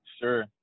sure